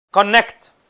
Connect